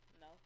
no